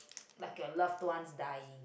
like your loved ones dying